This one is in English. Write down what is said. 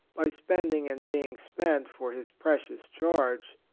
by spending and being spent for his precious charge,